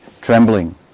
Trembling